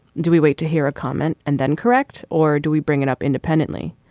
do we wait to hear a comment and then correct. or do we bring it up independently.